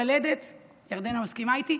ירדנה מסכימה איתי.